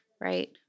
right